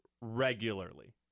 regularly